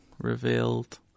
Revealed